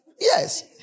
Yes